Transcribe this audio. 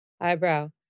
Eyebrow